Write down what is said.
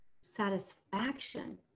satisfaction